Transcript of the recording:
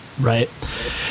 Right